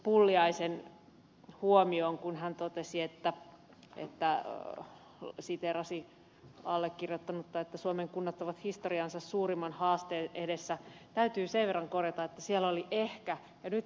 pulliaisen huomiota kun hän totesi että ei täällä muuta siteerasi allekirjoittanutta että suomen kunnat ovat historiansa suurimman haasteen edessä että siellä oli sana ehkä ja nyt ed